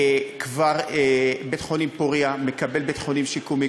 כבר בית-חולים פוריה מקבל בית-חולים שיקומי,